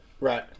right